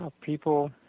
people